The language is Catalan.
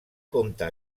compta